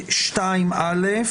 3ב(א)(2)(א),